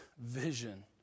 vision